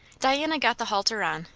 diana got the halter on,